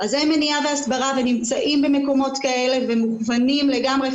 והסברה והם נמצאים במקומות כאלה ומוכוונים לגמרי.